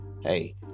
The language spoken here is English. hey